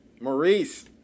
Maurice